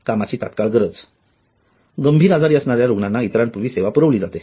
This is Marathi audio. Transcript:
कामाची तात्काळ गरज गंभीर आजारी असणाऱ्या रुग्णांना इतरांपूर्वी सेवा पुरविली जाते